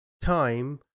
time